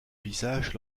visage